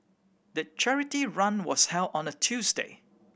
the charity run was held on a Tuesday